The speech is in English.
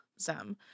Zem